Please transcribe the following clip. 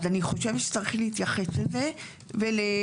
אז אני חושבת שצריך להתייחס לזה ולהתחשב